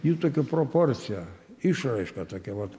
jų tokia proporcija išraiška tokia vat